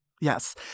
Yes